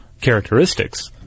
characteristics